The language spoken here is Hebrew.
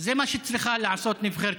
זה מה שצריכה לעשות נבחרת